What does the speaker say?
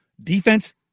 Defense